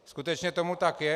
Skutečně tomu tak je.